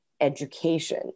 education